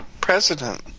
president